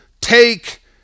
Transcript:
take